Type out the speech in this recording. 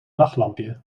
nachtlampje